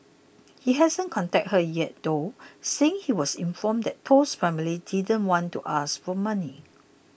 he hasn't contacted her yet though saying he was informed that Toh's family didn't want to ask for money